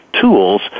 tools